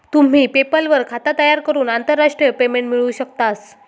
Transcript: तुम्ही पेपल वर खाता तयार करून आंतरराष्ट्रीय पेमेंट मिळवू शकतास